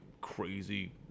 crazy